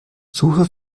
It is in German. suche